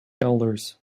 elders